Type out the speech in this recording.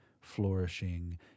flourishing